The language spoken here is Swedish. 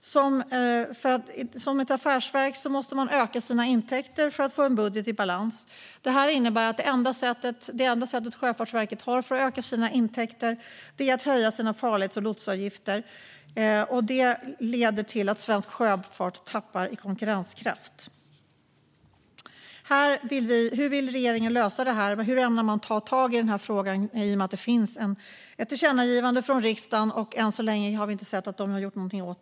Som affärsverk måste Sjöfartsverket öka sina intäkter för att få sin budget i balans. Det enda sättet Sjöfartsverket har att öka sina intäkter på är att höja sina farleds och lotsavgifter, och det leder till att svensk sjöfart tappar konkurrenskraft. Hur vill regeringen lösa det här, och när ämnar man ta tag i frågan? Det finns ett tillkännagivande från riksdagen, men än så länge har vi inte sett att man har gjort något.